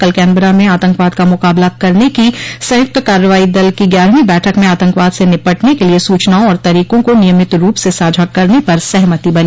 कल कैनबरा में आतंकवाद का मुकाबला करने के संयुक्त कार्रवाई दल की ग्यारहवीं बैठक में आतंकवाद से निपटने के लिए सूचनाओं और तरीकों को नियमित रूप से साझा करने पर सहमति बनी